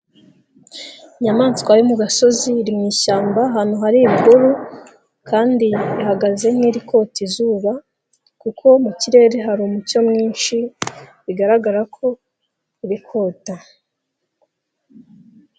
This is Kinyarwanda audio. Inyamaswa yo mu gasozi iri mu ishyamba ahantu hari ibihuru kandi ihagaze nk'irikota izuba kuko mu kirere hari umucyo mwinshi bigaragara ko iri kota.